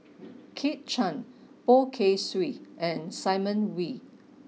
Kit Chan Poh Kay Swee and Simon Wee